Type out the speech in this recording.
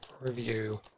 review